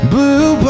Blue